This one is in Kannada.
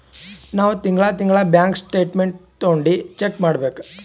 ನಾವ್ ತಿಂಗಳಾ ತಿಂಗಳಾ ಬ್ಯಾಂಕ್ ಸ್ಟೇಟ್ಮೆಂಟ್ ತೊಂಡಿ ಚೆಕ್ ಮಾಡ್ಬೇಕ್